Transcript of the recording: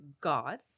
God